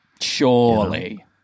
Surely